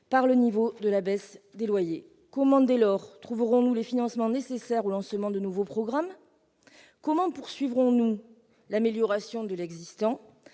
par le niveau de la baisse des loyers. Dès lors, comment trouverons-nous les financements nécessaires au lancement de nouveaux programmes ? Comment poursuivrons-nous l'amélioration de l'existant ?